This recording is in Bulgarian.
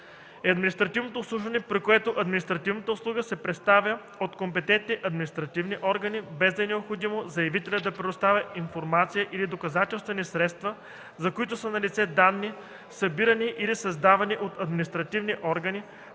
е административното обслужване, при което административната услуга се предоставя от компетентните административни органи, без да е необходимо заявителят да предоставя информация или доказателствени средства, за които са налице данни, събирани или създавани от административни органи